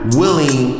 willing